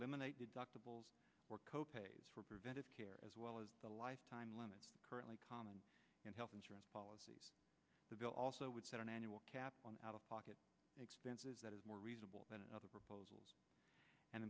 eliminate deductibles co pays for preventive care as well as the lifetime limit currently common in health insurance policies the bill also would set an annual cap on out of pocket expenses that is more reasonable than other proposals and